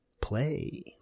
play